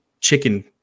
chicken